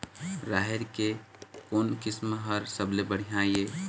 राहेर के कोन किस्म हर सबले बढ़िया ये?